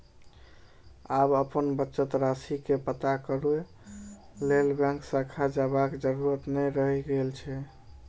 आब अपन बचत राशि के पता करै लेल बैंक शाखा जयबाक जरूरत नै रहि गेल छै